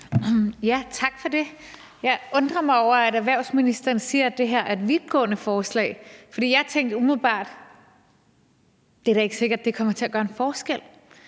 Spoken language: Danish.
Tak for det. Jeg undrer mig over, at erhvervsministeren siger, at det her er et vidtgående forslag. For jeg tænkte umiddelbart, at det da ikke er sikkert, at det kommer til at gøre en forskel.